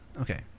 Okay